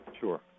Sure